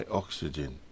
oxygen